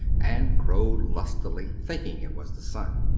and crowed lustily, thinking it was the sun.